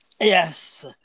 Yes